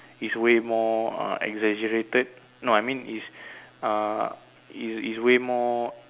is way more uh exaggerated no I mean is uh is is way more